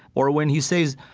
or when he says,